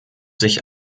sich